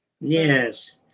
Yes